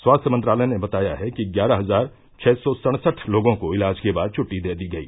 स्वास्थ्य मंत्रालय ने बताया है कि ग्यारह हजार छः सौ सड़सठ लोगों को इलाज के बाद छट्टी दी गई